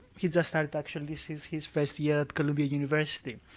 he's just started, actually. this is his first year at columbia university.